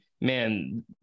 man